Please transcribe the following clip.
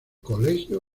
colegio